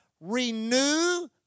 Renew